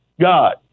God